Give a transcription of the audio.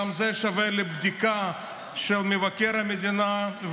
גם זה שווה בדיקה של מבקר המדינה.